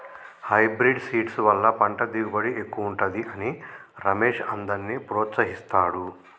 hybrid seeds వల్ల పంట దిగుబడి ఎక్కువుంటది అని రమేష్ అందర్నీ ప్రోత్సహిస్తాడు